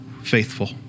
faithful